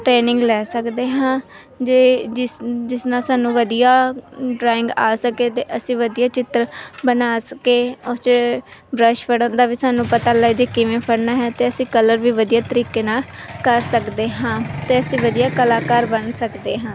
training ਲੈ ਸਕਦੇ ਹਾਂ ਜੇ ਜਿਸ ਜਿਸ ਨਾਲ ਸਾਨੂੰ ਵਧੀਆ ਡਰਾਇੰਗ ਆ ਸਕੇ ਅਤੇ ਅਸੀਂ ਵਧੀਆ ਚਿੱਤਰ ਬਣਾ ਸਕੀਏ ਉਸ 'ਚ ਬਰੱਸ਼ ਫੜਨ ਦਾ ਵੀ ਸਾਨੂੰ ਪਤਾ ਲੱਗ ਜਾਏ ਕਿਵੇਂ ਫੜਨਾ ਹੈ ਅਤੇ ਅਸੀਂ ਕਲਰ ਵੀ ਵਧੀਆ ਤਰੀਕੇ ਨਾਲ ਕਰ ਸਕਦੇ ਹਾਂ ਅਤੇ ਅਸੀਂ ਵਧੀਆ ਕਲਾਕਾਰ ਬਣ ਸਕਦੇ ਹਾਂ